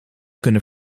kunnen